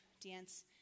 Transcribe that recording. dance